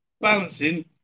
balancing